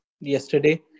yesterday